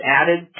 added